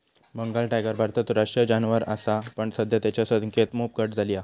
Bengal tiger भारताचो राष्ट्रीय जानवर असा पण सध्या तेंच्या संख्येत मोप घट झाली हा